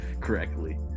correctly